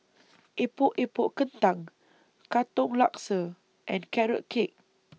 Epok Epok Kentang Katong Laksa and Carrot Cake